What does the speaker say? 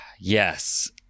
Yes